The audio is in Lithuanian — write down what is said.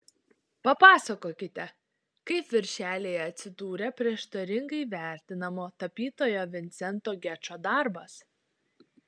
papasakokite kaip viršelyje atsidūrė prieštaringai vertinamo tapytojo vincento gečo darbas